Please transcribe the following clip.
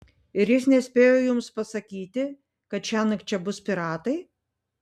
ir jis nespėjo jums pasakyti kad šiąnakt čia bus piratai